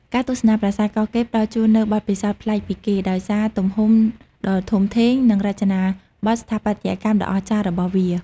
ការទស្សនាប្រាសាទកោះកេរផ្តល់ជូននូវបទពិសោធន៍ប្លែកពីគេ ដោយសារទំហំដ៏ធំធេង និងរចនាបថស្ថាបត្យកម្មដ៏អស្ចារ្យរបស់វា។